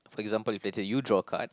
for example if it's a you draw card